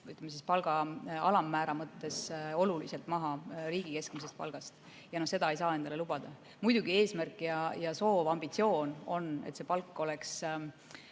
palga alammäära mõttes oluliselt maha riigi keskmisest palgast. Ja seda me ei saa lubada. Muidugi, eesmärk ja soov, ambitsioon on, et see palk oleks